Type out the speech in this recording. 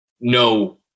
no